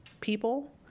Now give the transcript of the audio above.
people